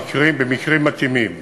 במקרים מתאימים.